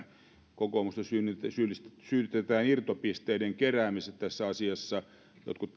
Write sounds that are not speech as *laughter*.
kokoomusta syytetään irtopisteiden keräämisestä tässä asiassa jotkut *unintelligible*